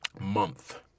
month